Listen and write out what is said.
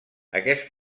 aquest